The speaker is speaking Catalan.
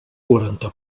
quaranta